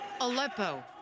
Aleppo